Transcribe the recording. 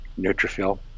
neutrophil